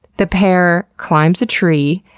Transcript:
the pair climbs a tree,